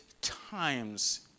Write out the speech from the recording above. times